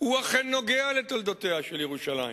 הוא אכן נוגע בתולדותיה של ירושלים.